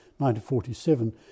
1947